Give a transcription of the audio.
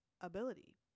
ability